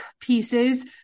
pieces